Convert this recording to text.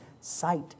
sight